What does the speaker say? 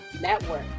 Network